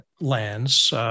lands